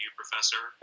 professor